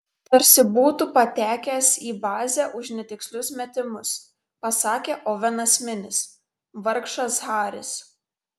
tarsi būtu patekęs į bazę už netikslius metimus pasakė ovenas minis vargšas haris